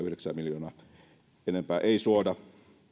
yhdeksän miljoonaa enempää suoda